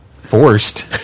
Forced